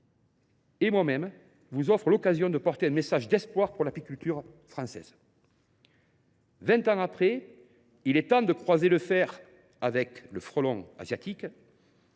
et moi même vous offrons l’occasion de porter un message d’espoir pour l’apiculture française. Vingt ans après, il est temps de croiser le fer avec le frelon asiatique.